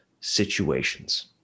situations